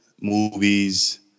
movies